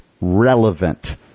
relevant